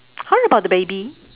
how about the baby